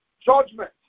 judgment